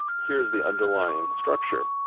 here's the underlying structure.